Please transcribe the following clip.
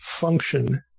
function